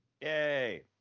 Yay